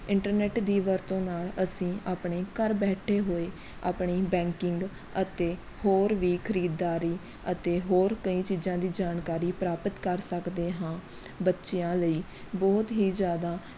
internet ਦੀ ਵਰਤੋਂ ਨਾਲ਼ ਅਸੀਂ ਆਪਣੇ ਘਰ ਬੈਠੇ ਹੋਏ ਆਪਣੀ ਬੈਂਕਿੰਗ ਅਤੇ ਹੋਰ ਵੀ ਖ਼ਰੀਦਦਾਰੀ ਅਤੇ ਹੋਰ ਕਈ ਚੀਜ਼ਾਂ ਦੀ ਜਾਣਕਾਰੀ ਪ੍ਰਾਪਤ ਕਰ ਸਕਦੇ ਹਾਂ ਬੱਚਿਆਂ ਲਈ ਬਹੁਤ ਹੀ ਜ਼ਿਆਦਾ